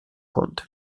conte